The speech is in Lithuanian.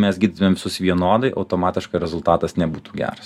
mes gydytumėm visus vienodai automatiškai rezultatas nebūtų geras